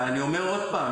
ואני אומר עוד פעם,